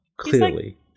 clearly